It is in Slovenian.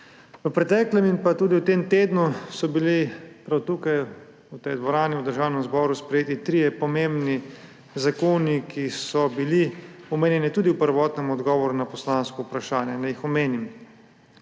V preteklem in v tem tednu so bili prav tukaj, v tej dvorani v Državnem zboru, sprejeti trije pomembni zakoni, ki so bili omenjeni tudi v prvotnem odgovoru na poslansko vprašanje. Naj jih omenim.